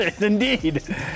Indeed